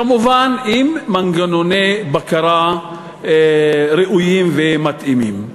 כמובן עם מנגנוני בקרה ראויים ומתאימים.